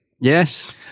Yes